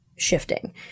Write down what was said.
shifting